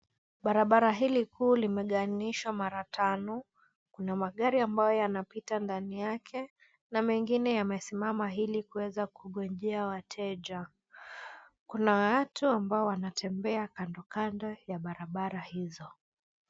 Barabara hili kuu limegawqnishwa mara tano, kuna magari ambayo yanapita ndani yake na mengine yamesimama ili kuweza kungojea wateja. Kuna watu ambao wanatembea kando kando ya barabara hizo.